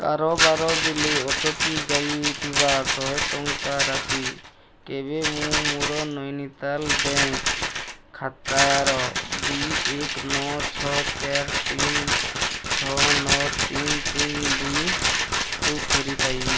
କାରବାର ବେଲେ ଅଟକି ଯାଇଥିବା ଶହେ ଟଙ୍କା ରାଶି କେବେ ମୁଁ ମୋର ନୈନିତାଲ ବ୍ୟାଙ୍କ୍ ଖାତାର ଦୁଇ ଏକ ନଅ ଛଅ ଚାର ତିନ ଛଅ ନଅ ତିନ ତିନ ଦୁଇକୁ ଫେରିପାଇବି